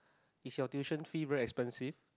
is your tuition fee very expensive